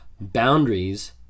boundaries